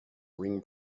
ring